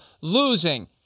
losing